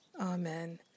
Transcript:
Amen